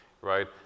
right